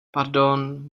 pardon